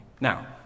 Now